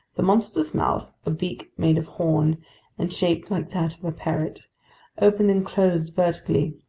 the monster's mouth a beak made of horn and shaped like that of a parrot opened and closed vertically.